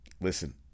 Listen